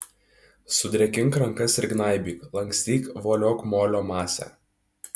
sudrėkink rankas ir gnaibyk lankstyk voliok molio masę